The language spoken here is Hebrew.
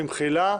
במחילה.